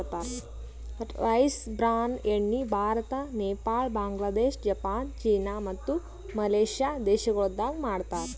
rice bran ಎಣ್ಣಿ Bharat, Nepal, Bangladesh, Japan, China ಮತ್ತ Malaysia ದೇಶಗೊಳ್ದಾಗ್ ಮಾಡ್ತಾರ್